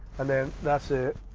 and then that's it.